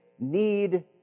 Need